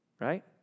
Right